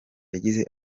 yagize